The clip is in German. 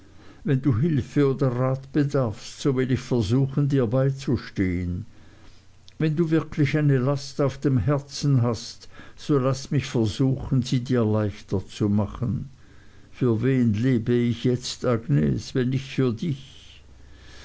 wenn du hilfe oder rat bedarfst so will ich versuchen dir beizustehen wenn du wirklich eine last auf dem herzen hast so laß mich versuchen sie dir leichter zu machen für wen lebe ich jetzt agnes wenn nicht für dich